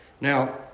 Now